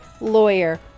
lawyer